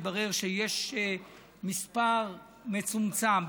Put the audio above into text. התברר שיש מספר מצומצם,